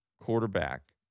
quarterback